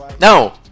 no